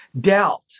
Doubt